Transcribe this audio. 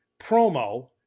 promo